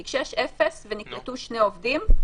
כי כשיש אפס ונקלטו שני עובדים,